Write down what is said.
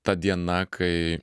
ta diena kai